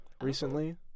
recently